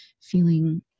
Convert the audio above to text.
feeling